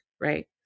Right